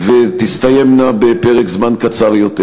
ותסתיימנה בפרק זמן קצר יותר.